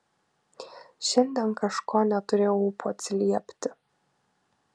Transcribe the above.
šiandien kažko neturėjau ūpo atsiliepti